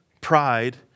pride